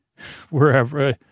Wherever